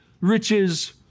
riches